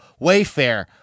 Wayfair